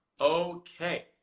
Okay